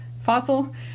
Fossil